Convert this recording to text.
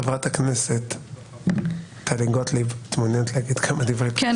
חברת הכנסת טלי גוטליב, בבקשה.